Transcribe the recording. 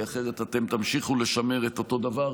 כי אחרת אתם תמשיכו לשמר את אותו דבר,